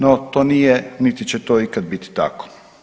No to nije niti će to ikad biti tako.